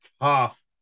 tough